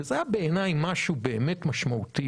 שבעיניי זה היה משהו באמת משמעותי